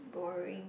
boring